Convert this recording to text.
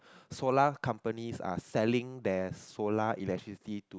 solar companies are selling their solar electricity to